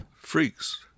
Freaks